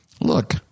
look